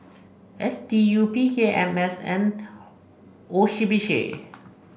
S D U P K M S and O C B C